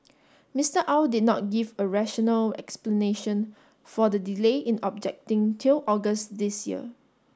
Mister Au did not give a rational explanation for the delay in objecting till August this year